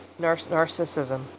narcissism